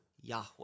Yahweh